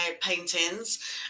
paintings